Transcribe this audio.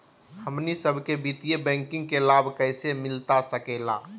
हमनी सबके वित्तीय बैंकिंग के लाभ कैसे मिलता सके ला?